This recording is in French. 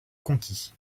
conquis